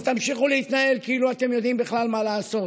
ותמשיכו להתנהל כאילו אתם יודעים בכלל מה לעשות?